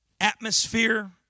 atmosphere